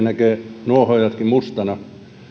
näkee nuohoojatkin mustana